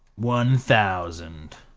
one thousand